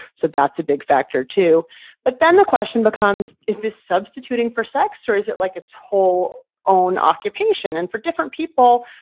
so that's a big factor too but then the question becomes, is this substituting for sex or is it like its whole own occupation? and for different people,